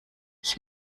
ich